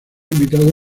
invitado